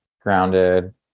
grounded